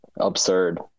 Absurd